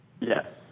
Yes